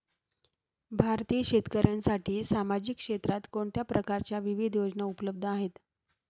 भारतीय शेतकऱ्यांसाठी सामाजिक क्षेत्रात कोणत्या प्रकारच्या विविध योजना उपलब्ध आहेत?